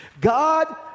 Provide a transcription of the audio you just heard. God